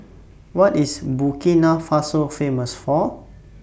What IS Burkina Faso Famous For